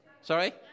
Sorry